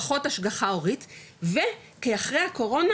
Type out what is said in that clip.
פחות השגחה הורית וכי אחרי הקורונה,